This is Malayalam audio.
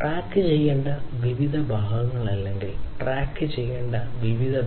ട്രാക്ക് ചെയ്യേണ്ട വിവിധ ഭാഗങ്ങൾ അല്ലെങ്കിൽ ട്രാക്ക് ചെയ്യേണ്ട